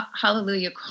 hallelujah